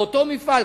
באותו מפעל,